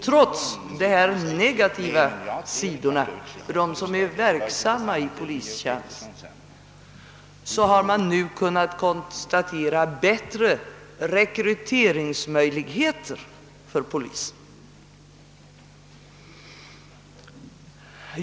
Trots dessa negativa sidor för dem som är verksamma i polistjänst har man nu kunnat konstatera bättre rekryteringsmöjligheter för polisen.